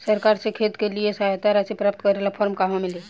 सरकार से खेत के लिए सहायता राशि प्राप्त करे ला फार्म कहवा मिली?